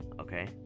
okay